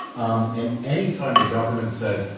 um and any time the government says,